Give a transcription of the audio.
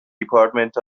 department